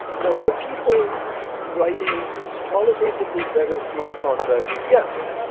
you know our people writing qualitatively better smart contracts? yes,